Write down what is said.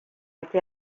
été